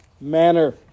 manner